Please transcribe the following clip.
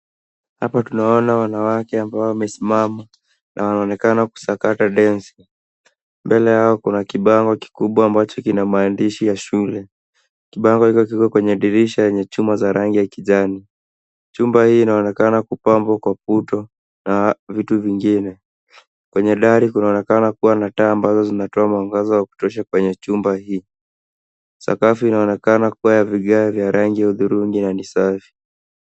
Hapa tunaona wanawake ambao wamesimama na wanaonekana kusakata densi. Mbele yao kuna kibango kikubwa ambacho kina maandishi ya shule. Kibango hiko kiko kwenye dirisha yenye chuma za rangi ya kijani. Chumba hii inaonekana kupambwa kwa puto na vitu vingine. Kwenye dari kunaonekana kuwa na taa ambazo zinatoa mwangaza wa kutosha kwenye chumba hii. Sakafu inaonekana kuwa ya vigae vya rangi ya hudhurungi na ni safi.